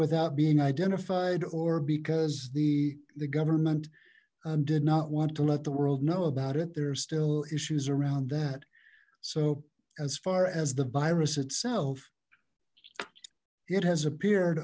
without being identified or because the government did not want to let the world know about it there are still issues around that so as far as the virus itself it has appeared